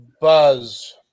Buzz